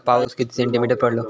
पाऊस किती सेंटीमीटर पडलो?